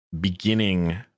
beginning